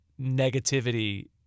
negativity